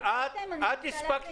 זה ---.